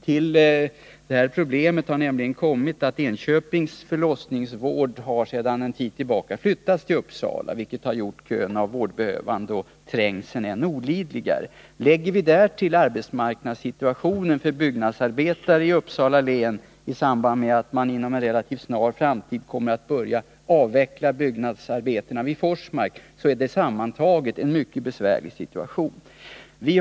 Till saken hör att Enköpings förlossningsvård för en tid sedan flyttades till Uppsala, vilket gjort kön av vårdbehövande och trängseln ännu olidligare. Lägger vi därtill arbetsmarknadssituationen för byggnadsarbetare i Uppsala län, i samband med att man inom en relativt snar framtid kommer att börja avveckla byggnadsarbetena vid Forsmark, kommer vi fram till att det sammantaget är en mycket besvärlig situation.